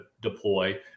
deploy